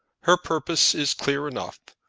her purpose is clear enough.